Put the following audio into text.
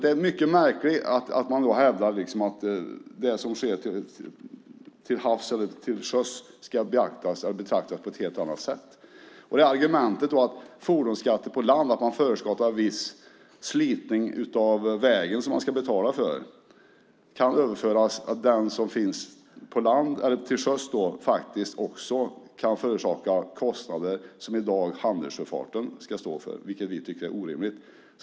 Det är mycket märkligt att man hävdar att det som sker till havs eller till sjöss ska betraktas på ett helt annat sätt. Argumentet att man har fordonsskatt för fordon som går på land för att de förorsakar viss förslitning av vägen som man ska betala för kan överföras till att även båtar kan förorsaka kostnader som handelssjöfarten i dag ska stå för, vilket vi tycker är orimligt.